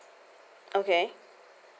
okay